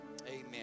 Amen